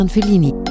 Fellini